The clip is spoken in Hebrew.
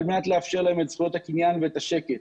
על מנת לאפשר להם את זכויות הקניין ואת השקט.